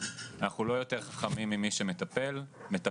אנחנו לא יותר חכמים ממי שמטפלת,